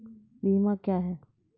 बीमा क्या हैं?